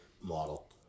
model